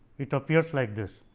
it appears like this.